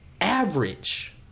average